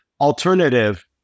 alternative